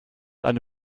eine